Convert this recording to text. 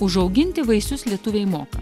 užauginti vaisius lietuviai moka